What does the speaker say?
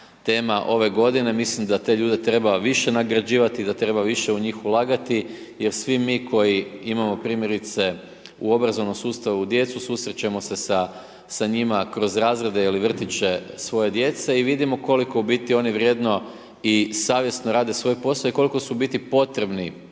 ove godine. Mislim da te ljude treba više nagrađivati, da treba više u njih ulagati jer svi mi koji imamo primjerice u obrazovnom sustavu djecu, susrećemo se sa njima kroz razrede ili vrtiće svoje djece i vidimo u biti koliko oni vrijedno i savjesno rade svoj posao i koliko su u biti potrebni